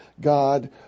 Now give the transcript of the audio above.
God